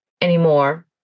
anymore